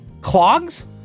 clogs